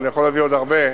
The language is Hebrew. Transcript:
ואני יכול להביא עוד הרבה,